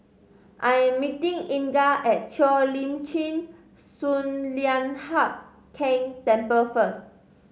I am meeting Inga at Cheo Lim Chin Sun Lian Hup Keng Temple first